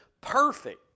perfect